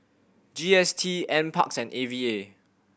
G S T N Parks and A V A